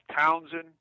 Townsend